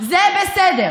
זה בסדר.